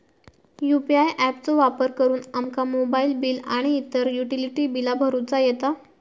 UPI app चो वापर करुन आमका मोबाईल बिल आणि इतर युटिलिटी बिला भरुचा येता